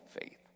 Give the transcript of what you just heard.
faith